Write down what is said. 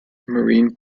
marine